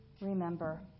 remember